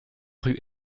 rue